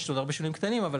יש עוד כמה שינויים קטנים, אבל